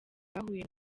bahuye